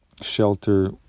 shelter